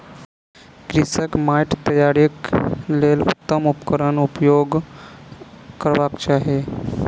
कृषकक माइट तैयारीक लेल उत्तम उपकरण केउपयोग करबाक चाही